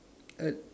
uh